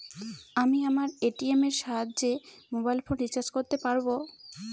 আমি আমার এ.টি.এম এর সাহায্যে মোবাইল ফোন রিচার্জ করতে পারব?